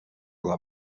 level